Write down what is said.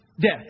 death